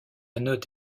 note